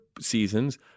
seasons